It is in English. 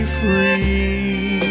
free